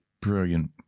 brilliant